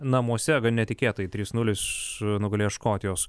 namuose gan netikėtai trys nulis nugalėjo škotijos